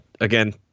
Again